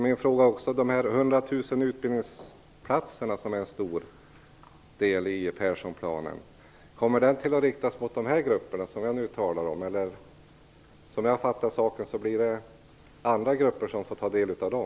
Min fråga är också: Kommer de 100 000 utbildningsplatserna, som är en stor del i Perssonplanen, att erbjudas de grupper som jag nu talar om? Som jag förstår saken blir det andra grupper som får del av dem.